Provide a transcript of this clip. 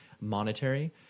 monetary